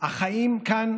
החיים כאן